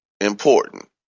important